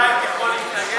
מישהו מהבית יכול להתנגד לזה?